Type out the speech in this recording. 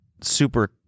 super